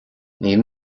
níl